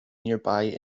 nearby